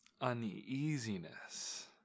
uneasiness